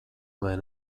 vai